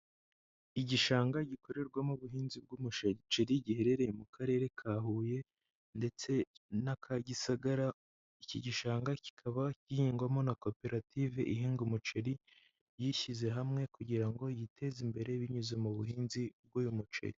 Igishanga gikorerwamo ubuhinzi bw'umuceri giherereye mu karere ka Huye ndetse n'aka Gisagara, iki gishanga kikaba gihingwamo na koperative ihinga umuceri yishyize hamwe kugira ngo yiteze imbere binyuze mu buhinzi bw'uyu muceri.